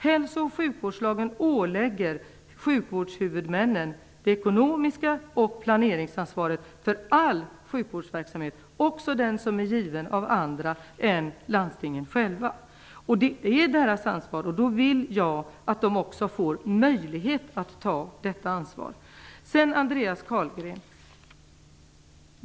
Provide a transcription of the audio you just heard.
Hälso och sjukvårdslagen ålägger sjukvårdshuvudmännen det ekonomiska ansvaret och planeringsansvaret för all sjukvårdsverksamhet, också den som ges av andra än landstingen själva. Det är deras ansvar, och då vill jag att de också får möjlighet att ta detta ansvar. Sedan till Andreas Carlgren.